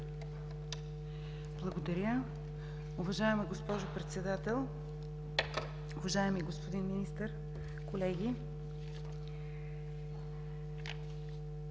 Благодаря. Уважаема госпожо Председател, уважаеми господин Министър, колеги!